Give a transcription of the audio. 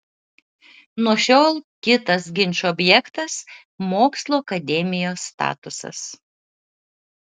nuo šiol kitas ginčų objektas mokslų akademijos statusas